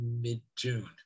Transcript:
mid-June